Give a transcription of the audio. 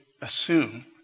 assume